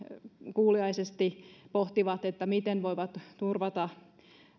kuuliaisesti pohtivat miten voivat turvata